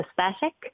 aesthetic